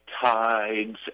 tides